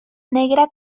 negra